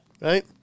Right